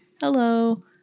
Hello